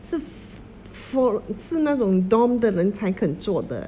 so for 是那种 dorm 的人才肯做的